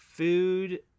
Food